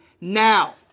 now